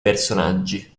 personaggi